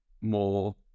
more